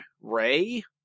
ray